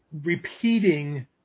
Repeating